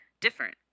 different